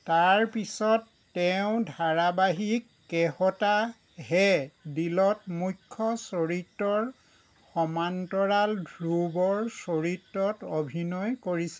তাৰপিছত তেওঁ ধাৰাবাহিক কেহতা হে দিলত মুখ্য চৰিত্ৰৰ সমান্তৰাল ধ্ৰুৱৰ চৰিত্ৰত অভিনয় কৰিছিল